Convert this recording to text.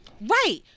Right